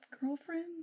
girlfriend